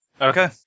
Okay